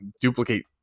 duplicate